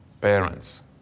parents